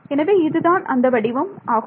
எனவே இது தான் அந்த வடிவம் ஆகும்